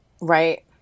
Right